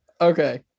Okay